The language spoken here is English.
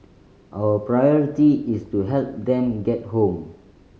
our priority is to help them get home